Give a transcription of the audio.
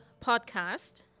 podcast